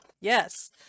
Yes